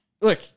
look